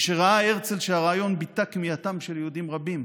משראה הרצל שהרעיון ביטא את כמיהתם של יהודים רבים,